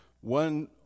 one